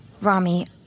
Rami